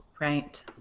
right